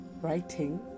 writing